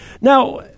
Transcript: Now